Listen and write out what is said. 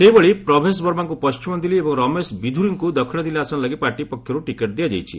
ସେହିଭଳି ପ୍ରଭେଶ ବର୍ମାଙ୍କୁ ପଣ୍ଟିମ ଦିଲ୍ଲୀ ଏବଂ ରମେଶ ବିଧୁରିଙ୍କୁ ଦକ୍ଷିଣ ଦିଲ୍ଲୀ ଆସନ ଲାଗି ପାର୍ଟି ପକ୍ଷରୁ ଟିକେଟ୍ ଦିଆଯାଇଛି